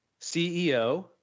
CEO